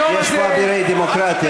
חברי חברי האופוזיציה,